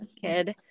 kid